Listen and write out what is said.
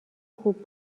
خوب